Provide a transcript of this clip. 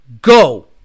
Go